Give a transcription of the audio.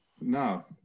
no